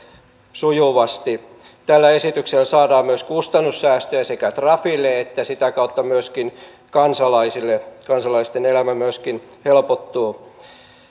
sujuvasti tällä esityksellä saadaan myös kustannussäästöjä sekä trafille että sitä kautta kansalaisille kansalaisten elämä myöskin helpottuu